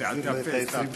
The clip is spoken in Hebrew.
תחזיר לו את 20 השניות.